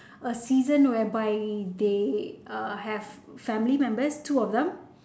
a season whereby they uh have family members two of them